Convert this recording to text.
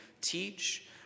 teach